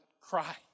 cry